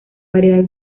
variedad